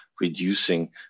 reducing